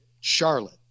Charlotte